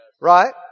Right